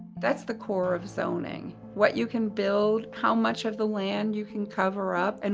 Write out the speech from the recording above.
that's the core of zoning. what you can build, how much of the land you can cover up, and